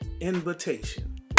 invitation